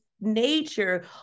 nature